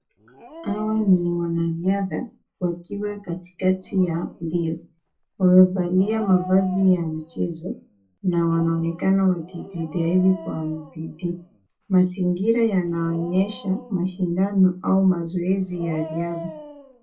Hawa ni wanariadha wakiwa katikati ya mbio. Wamevalia mavazi ya michezo na wanaonekana wakijitahidi kwa bidii. Mazingira yanaonyesha mashindano au mazoezi ya riadha.